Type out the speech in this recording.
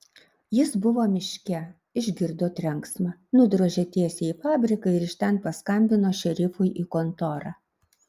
jis buvo miške išgirdo trenksmą nudrožė tiesiai į fabriką ir iš ten paskambino šerifui į kontorą